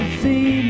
see